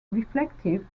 reflective